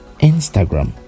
Instagram